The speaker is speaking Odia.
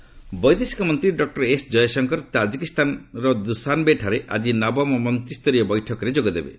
ଜୟଶଙ୍କର ବୈଦେଶିକ ମନ୍ତ୍ରୀ ଡକୁର ଏସ୍ ଜୟଶଙ୍କର ତାଜିକିସ୍ତାନ ଦୁସାନବେଠାରେ ଆଜି ନବମ ମନ୍ତ୍ରୀୟ ବୈଠକରେ ଯୋଗ ଦେବେ